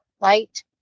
light